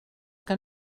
que